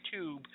YouTube